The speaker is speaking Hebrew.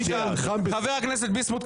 אם אתה היית עורך ישראל היום --- חבר הכנסת טור פז,